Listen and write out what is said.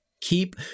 keep